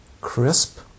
Crisp